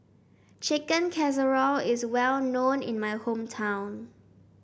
Chicken Casserole is well known in my hometown